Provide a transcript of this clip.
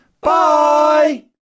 Bye